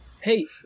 Hey